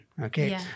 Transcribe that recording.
Okay